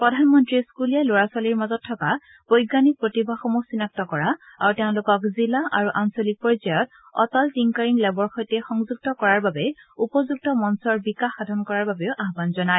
প্ৰধানমন্ত্ৰীয়ে স্কুলীয়া লৰা ছোৱালীৰ মাজত থকা বৈজ্ঞানিক প্ৰতিভাসমূহ চিনাক্ত কৰা আৰু তেওঁলোকক জিলা আৰু আঞ্চলিক পৰ্যায়ত অটল টিংকাৰিং লেবৰ সৈতে সংযুক্ত কৰাৰ বাবে উপযুক্ত মঞ্ণৰ বিকাশ সাধন কৰাৰ বাবেও আহান জনায়